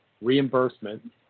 reimbursement